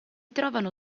trovano